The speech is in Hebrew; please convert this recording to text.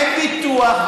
אין ביטוח,